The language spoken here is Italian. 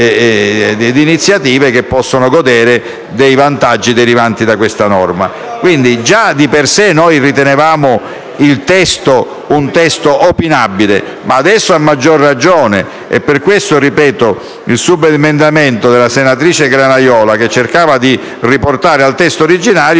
di iniziative che possono godere dei vantaggi derivanti da questa norma. Già ritenevamo il testo, di per sé, opinabile, ma adesso a maggior ragione. Per questo il subemendamento 7.228/9, della senatrice Granaiola, che cercava di riportare al testo originario,